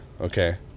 okay